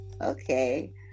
Okay